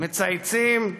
מצייצים,